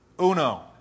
uno